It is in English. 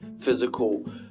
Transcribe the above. physical